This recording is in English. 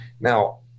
Now